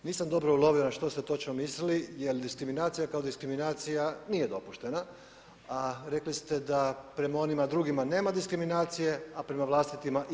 Nisam dobro ulovio na što ste točno mislili, jer diskriminacija kao diskriminacija nije dopuštena, a rekli ste da prema onima drugima nema diskriminacije, a prema vlastitima ima.